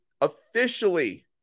officially